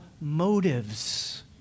motives